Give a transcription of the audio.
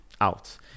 out